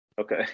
Okay